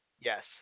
Yes